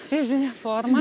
fizinė forma